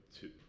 two